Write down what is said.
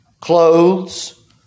clothes